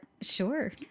Sure